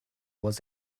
was